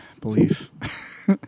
belief